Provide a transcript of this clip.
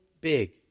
big